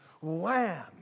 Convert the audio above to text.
wham